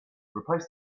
replace